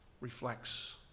reflects